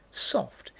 soft,